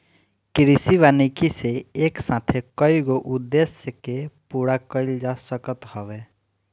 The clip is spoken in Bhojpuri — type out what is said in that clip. कृषि वानिकी से एक साथे कईगो उद्देश्य के पूरा कईल जा सकत हवे